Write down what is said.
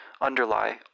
underlie